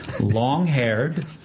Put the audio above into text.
long-haired